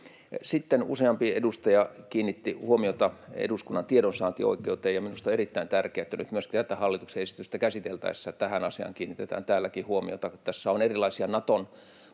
Sitten useampi edustaja kiinnitti huomiota eduskunnan tiedonsaantioikeuteen. Minusta on erittäin tärkeää, että nyt myös tätä hallituksen esitystä käsiteltäessä tähän asiaan kiinnitetään täälläkin huomiota. Tässä on erilaisia Naton